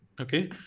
okay